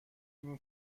این